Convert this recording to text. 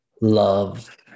love